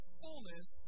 fullness